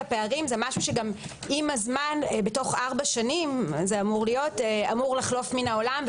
הפערים זה משהו שעם הזמן בתוך ארבע שנים אמור לחלוף מהעולם,